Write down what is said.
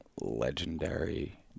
Legendary